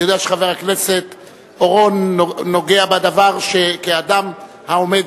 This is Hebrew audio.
אני יודע שחבר הכנסת אורון נוגע בדבר כאדם העומד